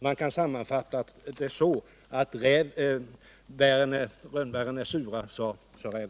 Man skulle kunna sammanfatta den kritiken så: Surt, sa räven om rönnbären.